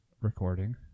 recording